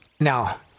Now